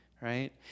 right